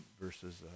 versus